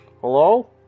Hello